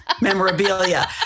memorabilia